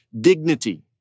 dignity